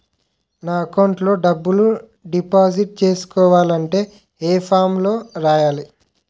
నా అకౌంట్ లో డబ్బులు డిపాజిట్ చేసుకోవాలంటే ఏ ఫామ్ లో రాయాలి?